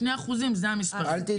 2% זה המספר.